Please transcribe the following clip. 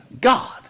God